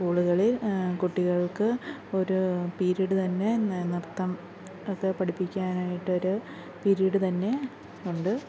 സ്കൂളുകളില് കുട്ടികള്ക്ക് ഒരു പീരിഡ് തന്നെ ന് നൃത്തം ഇപ്പോൾ പഠിപ്പിക്കാനായിട്ടൊരു പിരീഡ് തന്നെ ഉണ്ട്